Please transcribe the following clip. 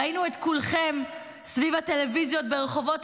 ראינו את כולכם סביב הטלוויזיות ברחובות